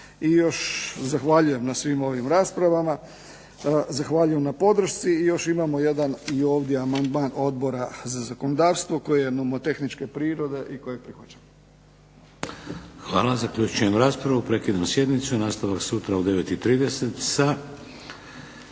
I još zahvaljujem na svim ovim raspravama, zahvaljujem na podršci, i još imamo jedan i ovdje amandman Odbora za zakonodavstvo, koji je nomotehničke prirode i kojeg prihvaćamo. **Šeks, Vladimir (HDZ)** Hvala. Zaključujem raspravu. Prekidam sjednicu, nastavak sutra u 9